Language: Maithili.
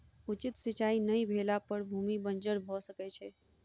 उचित सिचाई नै भेला पर भूमि बंजर भअ सकै छै